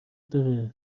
داره